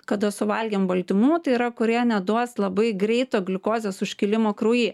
kada suvalgėm baltymų tai yra kurie neduos labai greito gliukozės užkilimo kraujy